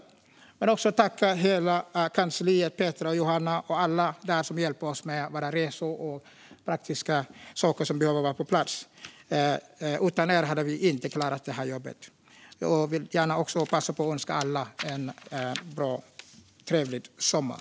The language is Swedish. Jag vill också tacka hela kansliet, Petra, Johanna och alla där som hjälper oss med våra resor och praktiska saker som behöver komma på plats. Utan er hade vi inte klarat det här jobbet. Jag vill också passa på och önska alla en trevlig sommar.